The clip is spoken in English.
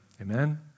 Amen